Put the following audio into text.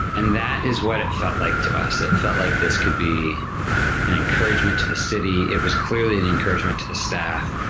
and that is what it felt like to us. it felt like this could be an encouragement to the city. it was clearly an encouragement to the staff,